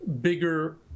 bigger